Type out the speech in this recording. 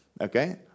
Okay